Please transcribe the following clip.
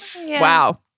Wow